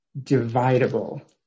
dividable